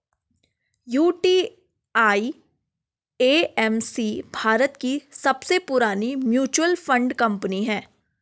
UTI AMC Bharat की सबसे पुरानी म्यूचुअल फंड कंपनी है